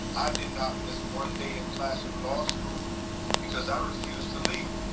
i did not miss one day of class in law school because i refused to leave.